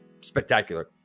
spectacular